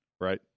Right